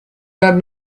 that